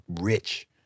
rich